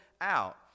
out